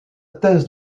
thèse